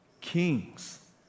kings